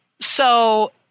So-